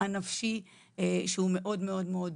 היה מאוד מרשים.